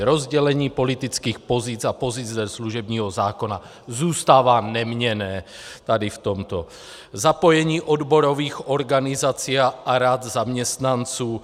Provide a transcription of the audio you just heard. Rozdělení politických pozic a pozic ze služebního zákona zůstává neměnné tady v tomto zapojení odborových organizací a rad zaměstnanců.